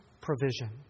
provision